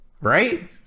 right